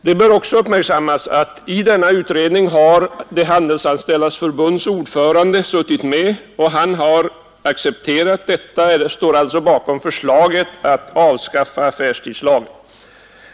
Det bör också uppmärksammas att i denna utredning har de handelsanställdas förbundsordförande varit med, och han står alltså bakom förslaget att avskaffa affärstidslagen.